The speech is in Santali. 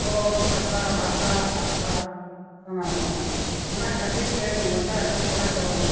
ᱚᱛ ᱦᱟᱥᱟ ᱵᱷᱟᱥᱟ ᱦᱟᱥᱟ ᱥᱟᱱᱟᱢᱟᱜ ᱚᱱᱟ ᱠᱷᱟᱹᱛᱤᱨ ᱛᱮᱧ ᱢᱮᱛᱟ ᱟᱠᱚᱣᱟ ᱠᱚᱲᱟ ᱠᱚ